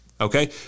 okay